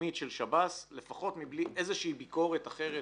הפנימית של שב"ס לפחות מבלי איזושהי ביקורת אחרת